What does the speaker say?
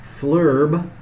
Flurb